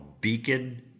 Beacon